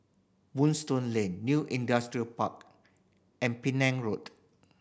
Moonstone Lane New Industrial Park and Penang Road